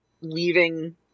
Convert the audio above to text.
leaving